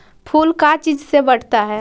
फूल का चीज से बढ़ता है?